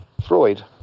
Freud